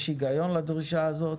יש היגיון לדרישה הזאת.